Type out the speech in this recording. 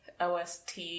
ost